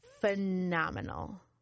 phenomenal